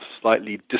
slightly